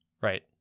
Right